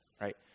right